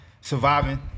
Surviving